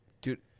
Dude